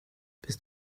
bist